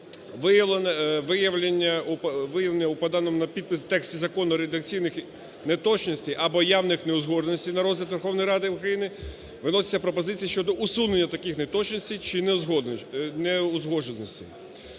виявлені у поданому на підпис тексті закону редакційні неточності або явні неузгодженості на розгляд Верховної Ради України виноситься пропозиція щодо усунення таких неточностей чи неузгодженостей.